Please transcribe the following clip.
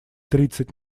тридцать